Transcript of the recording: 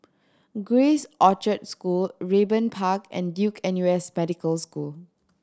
Grace Orchard School Raeburn Park and Duke N U S Medical School